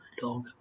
dog